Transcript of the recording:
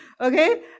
okay